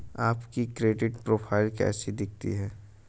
आपकी credit profile कैसी दिखती है?